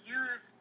use